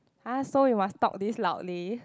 !huh! so we must talk this loudly